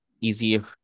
easier